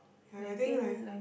ya I think like